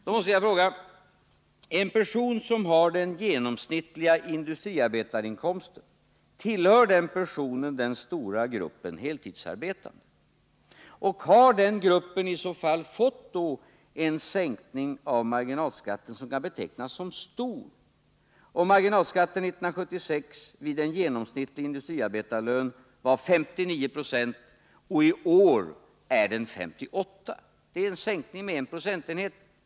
Då måste jag fråga: Tillhör en person som har den genomsnittliga industriarbetarinkomsten den stora gruppen heltidsarbetande, och har den gruppen i så fall fått en sänkning av marginalskatten som kan betecknas som stor? Marginalskatten på en genomsnittlig industriarbetarlön var 59 96 år 1976, medan den nu blir 58 20. Det blir en sänkning med en procentenhet.